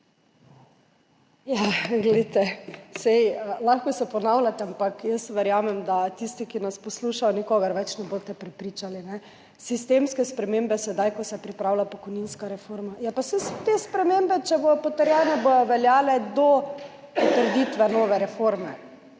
SDS):** Lahko se je ponavljati, ampak jaz verjamem, da od tistih, ki nas poslušajo, nikogar več ne boste prepričali. Sistemske spremembe, sedaj, ko se pripravlja pokojninska reforma – saj bodo te spremembe, če bodo potrjene, veljale do potrditve nove reforme.